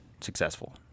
successful